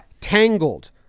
tangled